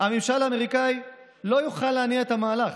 הממשל האמריקני לא יוכל להניע את המהלך,